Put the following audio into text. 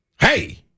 Hey